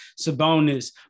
Sabonis